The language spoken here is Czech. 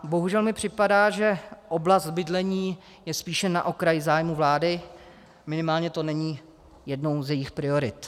Bohužel mi připadá, že oblast bydlení je spíše na okraji zájmu vlády, minimálně to není jednou z jejích priorit.